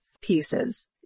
pieces